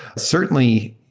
certainly,